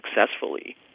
successfully